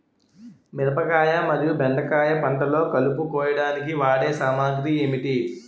మిరపకాయ మరియు బెండకాయ పంటలో కలుపు కోయడానికి వాడే సామాగ్రి ఏమిటి?